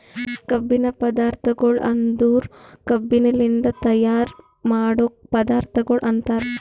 ಕಬ್ಬಿನ ಪದಾರ್ಥಗೊಳ್ ಅಂದುರ್ ಕಬ್ಬಿನಲಿಂತ್ ತೈಯಾರ್ ಮಾಡೋ ಪದಾರ್ಥಗೊಳ್ ಅಂತರ್